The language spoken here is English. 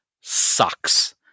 sucks